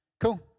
Cool